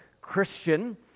Christian